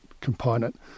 component